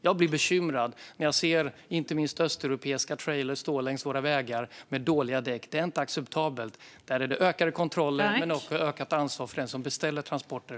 Jag blir bekymrad när jag ser inte minst östeuropeiska trailrar stå längs våra vägar med dåliga däck. Det är inte acceptabelt. Det är fråga om ökade kontroller och ökat ansvar för dem som beställer transporter.